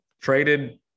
traded